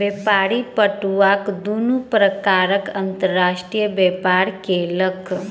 व्यापारी पटुआक दुनू प्रकारक अंतर्राष्ट्रीय व्यापार केलक